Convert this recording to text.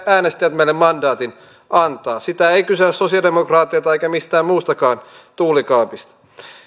äänestäjät meille mandaatin antavat sitä ei kysellä sosialidemokraateilta eikä mistään muustakaan tuulikaapista